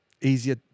easier